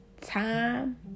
Time